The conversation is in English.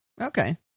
Okay